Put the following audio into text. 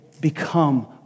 become